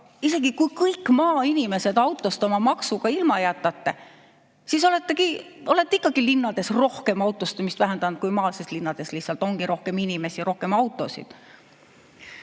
Isegi, kui te kõik maainimesed oma maksu tõttu autost ilma jätate, siis te olete ikkagi linnades rohkem autostumist vähendanud kui maal, sest linnades lihtsalt ongi rohkem inimesi ja rohkem autosid.